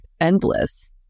endless